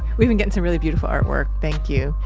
we've been getting some really beautiful artwork. thank you.